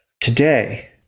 Today